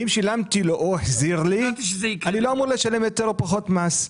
אם שילמתי לו או הוא החזיר לי אני לא אמור לשלם יותר או פחות מס.